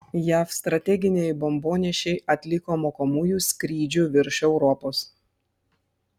jav strateginiai bombonešiai atliko mokomųjų skrydžių virš europos